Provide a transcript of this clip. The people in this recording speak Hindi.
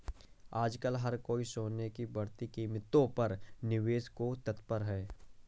आजकल हर कोई सोने की बढ़ती कीमतों पर निवेश को तत्पर है